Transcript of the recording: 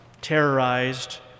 terrorized